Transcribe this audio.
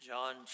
John